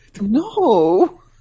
No